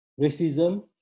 Racism